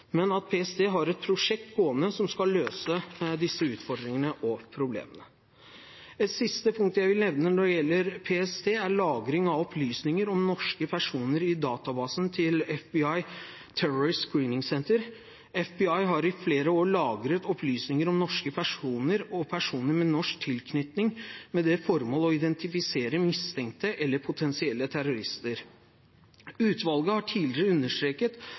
men at PST har et prosjekt gående som skal løse disse utfordringene og problemene. Et siste punkt jeg vil nevne når det gjelder PST, er lagring av opplysninger om norske personer i databasen til FBIs Terrorist Screening Center. FBI har i flere år lagret opplysninger om norske personer og personer med norsk tilknytning med det formål å identifisere mistenkte eller potensielle terrorister. Utvalget har tidligere understreket